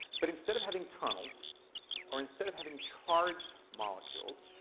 but instead of having tunnels or instead of having charged molecules,